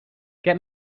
get